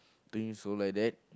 think so like that